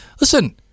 listen